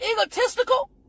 egotistical